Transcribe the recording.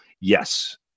Yes